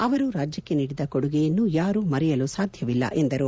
ಅವರು ರಾಜ್ಯಕ್ಷೆ ನೀಡಿದ ಕೊಡುಗೆಯನ್ನು ಯಾರೂ ಮರೆಯಲು ಸಾಧ್ಯವಿಲ್ಲ ಎಂದು ಹೇಳಿದರು